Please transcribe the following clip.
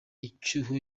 icyuho